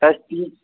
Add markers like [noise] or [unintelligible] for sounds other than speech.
پٮ۪ٹھ [unintelligible]